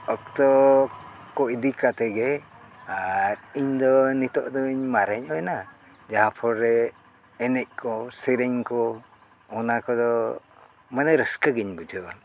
ᱚᱠᱛᱚ ᱠᱚ ᱤᱫᱤ ᱠᱟᱛᱮ ᱜᱮ ᱟᱨ ᱤᱧ ᱫᱚ ᱱᱤᱛᱳᱜ ᱫᱚᱧ ᱢᱟᱨᱮ ᱧᱚᱜ ᱮᱱᱟ ᱡᱟᱦᱟᱸ ᱯᱷᱚᱲ ᱨᱮ ᱮᱱᱮᱡ ᱠᱚ ᱥᱮᱨᱮᱧ ᱠᱚ ᱚᱱᱟ ᱠᱚᱫᱚ ᱢᱟᱱᱮ ᱨᱟᱹᱥᱠᱟᱹ ᱜᱤᱧ ᱵᱩᱡᱷᱟᱹᱣᱟ